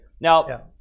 Now